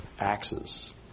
axes